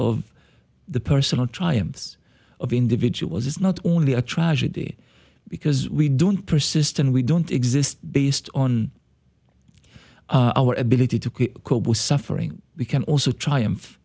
of the personal triumphs of individuals it's not only a tragedy because we don't persist and we don't exist based on our ability to cope with suffering we can also triumph